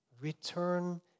return